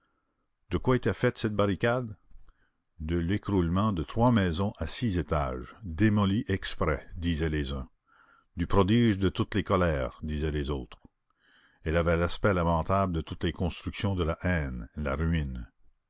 de quoi était faite cette barricade de l'écroulement de trois maisons à six étages démolies exprès disaient les uns du prodige de toutes les colères disaient les autres elle avait l'aspect lamentable de toutes les constructions de la haine la ruine